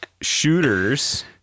shooters